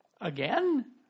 Again